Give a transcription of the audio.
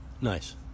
Nice